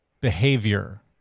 behavior